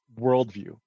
worldview